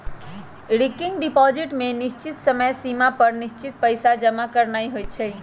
recurring deposit में निश्चित समय सिमा पर निश्चित पइसा जमा करानाइ होइ छइ